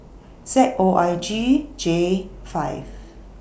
Z O I G J five